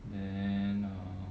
then err